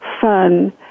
fun